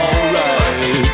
Alright